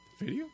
Video